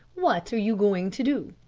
what are you going to do?